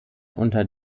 unter